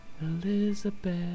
Elizabeth